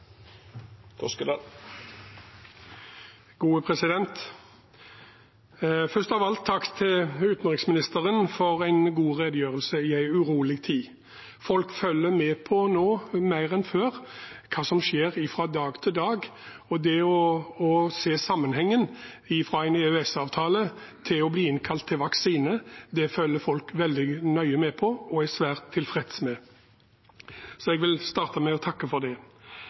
Først av alt: Takk til utenriksministeren for en god redegjørelse i en urolig tid. Folk følger mer med nå enn før på hva som skjer fra dag til dag, og det å se sammenhengen fra en EØS-avtale til å bli innkalt til vaksine, følger folk veldig nøye med på og er svært tilfreds med, så jeg vil starte med å takke for det.